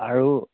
আৰু